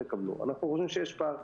תקבלו אנחנו חושבים שיש פער.